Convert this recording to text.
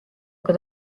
aga